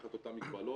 תחת אותן מגבלות.